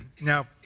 Now